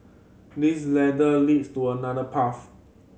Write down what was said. this ladder leads to another path